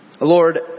Lord